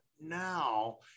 now